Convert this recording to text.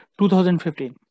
2015